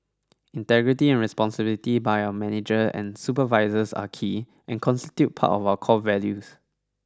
integrity and responsibility by our manager and supervisors are key and constitute part of our core values